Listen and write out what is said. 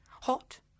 Hot